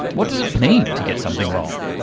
what does it mean to get something wrong?